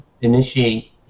initiate